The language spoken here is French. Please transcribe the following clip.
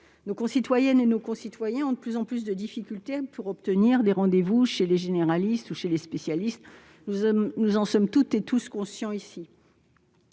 Nos concitoyennes et nos concitoyens ont de plus en plus de difficultés pour obtenir des rendez-vous chez les généralistes ou chez les spécialistes. Nous en sommes toutes et tous conscients ici.